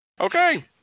Okay